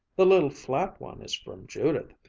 the little flat one is from judith.